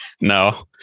No